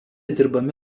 dirbami